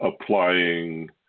applying